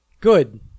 good